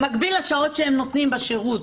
במקביל לשעות שהם נותנים בשירות.